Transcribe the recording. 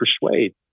persuade